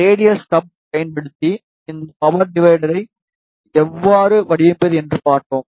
radial stub பயன்படுத்தி இந்த power டிவைடரை எவ்வாறு வடிவமைப்பது என்று பார்த்தோம்